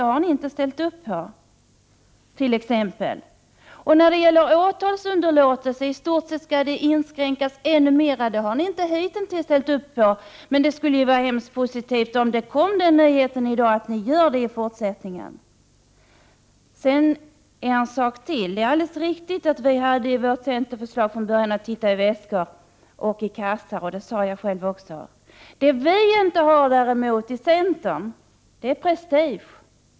Hitintills har ni inte ställt upp bakom förslaget att inskränka möjligheterna till åtalsunderlåtelse, men det skulle vara mycket positivt .tt i dag få höra nyheten att ni faktiskt ställer upp bakom det förslaget i fortsättningen. Det är alldeles riktigt att vi i centern från början föreslog att polisen skulle få titta i väskor och kassar. Det sade jag själv också. Något som vi däremot inte har i centern är prestige.